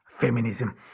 feminism